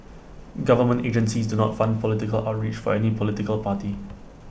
government agencies do not fund political outreach for any political party